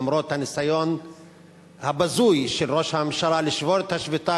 למרות הניסיון הבזוי של ראש הממשלה לשבור את השביתה